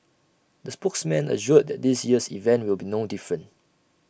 the spokesperson assured that this year's event will be no different